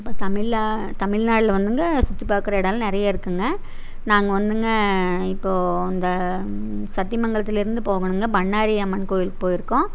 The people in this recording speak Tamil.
இப்போ தமிழில் தமிழ் நாட்டுல வந்துங்க சுற்றி பார்க்குற இடொல்லாம் நிறைய இருக்குங்க நாங்கள் வந்துங்க இப்போ அந்த சத்தியமங்கலத்துலருந்து போகணும்ங்க பண்ணாரி அம்மன் கோயிலுக்கு போயி இருக்கோம்